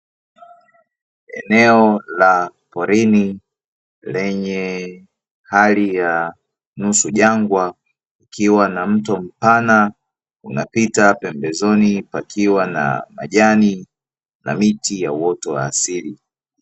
Eneo la porini lenye hali ya nusu jangwa, ukiwa na mto mpana unapita pembezoni pakiwa na majani na miti ya uwoto wa asili.